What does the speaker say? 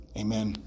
Amen